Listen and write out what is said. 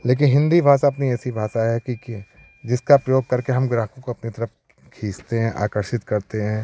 लेकिन हिन्दी भाषा अपनी ऐसी भाषा है कि कि जिसका प्रयोग करके हम ग्राहकों को अपनी तरफ खींचते हैं आकर्षित करते हैं